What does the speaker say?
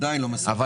אבל